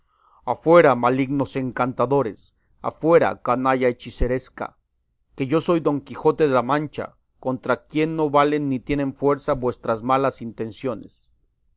afuera malignos encantadores afuera canalla hechiceresca que yo soy don quijote de la mancha contra quien no valen ni tienen fuerza vuestras malas intenciones